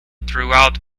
throughout